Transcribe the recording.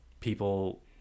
people